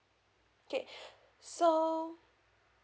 okay so